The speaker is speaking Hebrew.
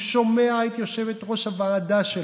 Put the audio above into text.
הוא שומע את יושבת-ראש הוועדה שלו,